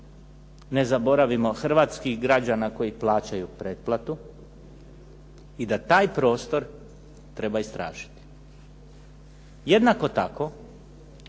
ne zaboravimo, hrvatskih građana koji plaćaju pretplatu i da taj prostor treba istražiti. Jednako tako